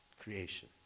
creation